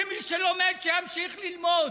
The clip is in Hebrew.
שמי שלומד, שימשיך ללמוד,